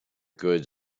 goods